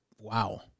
wow